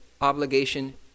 obligation